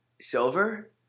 Silver